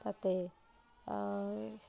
তাতে